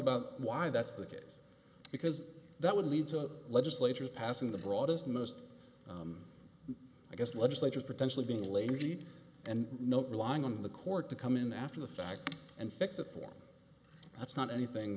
about why that's the case because that would lead to a legislature passing the broadest most i guess legislature potentially being lazy and not relying on the court to come in after the fact and fix a form that's not anything